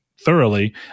Thoroughly